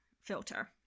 filter